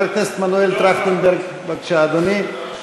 חבר הכנסת מנואל טרכטנברג, בבקשה, אדוני.